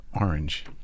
Orange